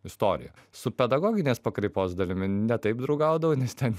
istoriją su pedagoginės pakraipos dalimi ne taip draugaudavau nes ten